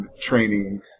training